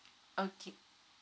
okay